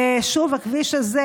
שוב, הכביש הזה,